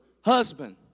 husband